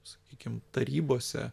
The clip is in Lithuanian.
sakykim tarybose